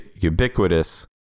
ubiquitous